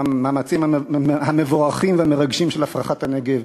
המאמצים המבורכים והמרגשים של הפרחת הנגב,